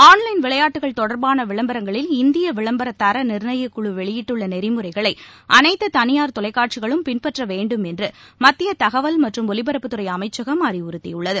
online விளையாட்டுகள் தொடர்பான விளம்பரங்களில் இந்திய விளம்பர தர நிர்ணயக்குழு வெளியிட்டுள்ள நெறிமுறைகளை அனைத்து தனியார் தொலைக்காட்சிகளும் பின்பற்ற வேண்டும் என்று மத்திய தகவல் மற்றும் அறிவுறுத்தியுள்ளது